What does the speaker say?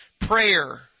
prayer